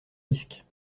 risques